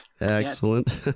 Excellent